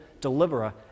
deliverer